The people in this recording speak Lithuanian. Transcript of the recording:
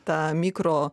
tą mikro